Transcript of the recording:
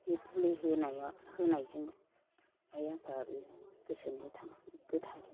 बे बोलि होनायजों आइ आफायाबो गोसो गोथारै